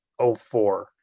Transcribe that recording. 04